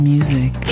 Music